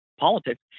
politics